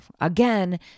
again